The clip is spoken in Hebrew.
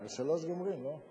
ב-15:00 גומרים, לא?